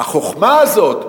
החוכמה הזאת,